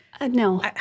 No